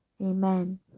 amen